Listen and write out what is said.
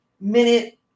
minute